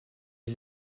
est